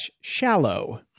shallow